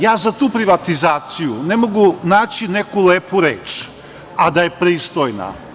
Ja za tu privatizaciju ne mogu tražiti neku lepu reč, a da je pristojna.